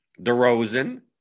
DeRozan